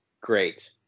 great